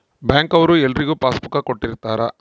bank ಅವ್ರು ಎಲ್ರಿಗೂ passbook ಕೊಟ್ಟಿರ್ತರ